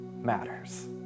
matters